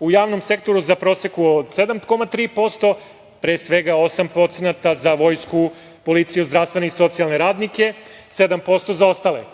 u javnom sektoru u proseku od 7,3%, pre svega 8% za vojsku, policiju, zdravstvene i socijalne radnike, a 7% za ostale